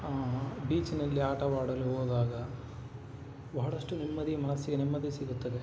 ಬೀಚ್ನಲ್ಲಿ ಆಟವಾಡಲು ಹೋದಾಗ ಬಹಳಷ್ಟು ನೆಮ್ಮದಿ ಮನಸ್ಸಿಗೆ ನೆಮ್ಮದಿ ಸಿಗುತ್ತದೆ